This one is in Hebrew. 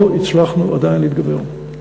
ועל זה לא הצלחנו עדיין להתגבר,